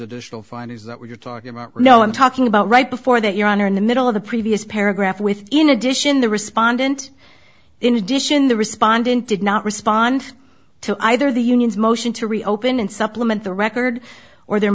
additional find is that what you're talking about no i'm talking about right before that your honor in the middle of the previous paragraph with in addition the respondent in addition the respondent did not respond to i either the unions motion to reopen and supplement the record or their